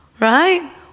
right